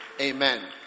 Amen